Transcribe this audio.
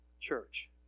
church